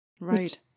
Right